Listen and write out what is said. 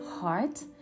heart